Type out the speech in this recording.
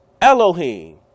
Elohim